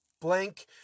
blank